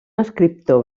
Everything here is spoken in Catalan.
escriptor